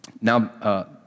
Now